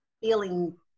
feeling